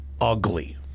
ugly